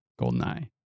GoldenEye